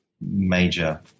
major